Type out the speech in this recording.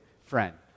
friend